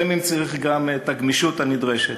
לפעמים צריך גם את הגמישות הנדרשת.